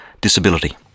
disability